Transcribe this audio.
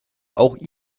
auch